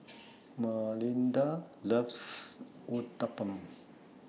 Malinda loves Uthapam